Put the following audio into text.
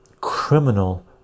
criminal